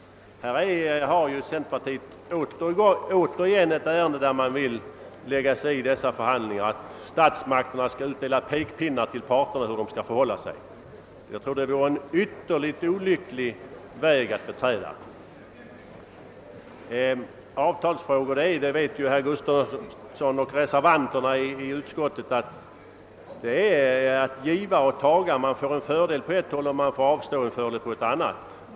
Nu har centerpartiet återigen aktualiserat en fråga där man vill lägga sig i dessa förhandlingar och låta statsmakterna höja ett pekfinger mot parterna och tala om hur de bör förhålla sig. Jag tror att det vore ytterligt olyckligt att beträda den vägen. Både herr Gustavsson i Alvesta och reservanterna vet att avtalsförhandlingar innebär ett givande och tagande; man får en fördel på ett håll och får avstå från en fördel på ett annat håll.